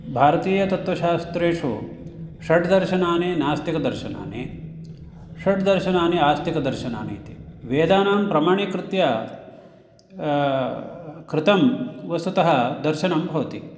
भारतीयतत्वशास्त्रेषु षड्दर्शनानि नास्तिकदर्शनानि षड्दर्शनानि आस्तिकदर्शनानि इति वेदानां प्रमाणीकृत्य कृतं वस्तुतः दर्शनं भवति